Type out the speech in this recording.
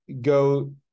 go